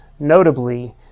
Notably